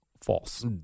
false